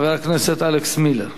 חבר הכנסת אלכס מילר.